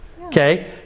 okay